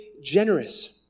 generous